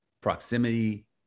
proximity